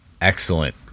Excellent